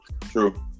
true